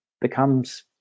becomes